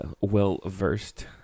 well-versed